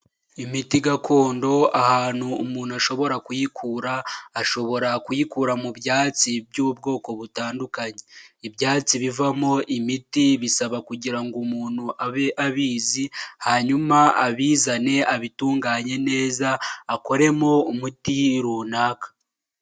Imiti gakondo ahantu umuntu ashobora kuyikura, ashobora kuyikura mu byatsi by'ubwoko butandukanye, ibyatsi bivamo imiti bisaba kugirango ngo umuntu abe abizi hanyuma abizane abitunganye neza akoremo umuti runaka.